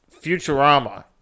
Futurama